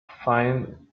find